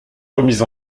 remise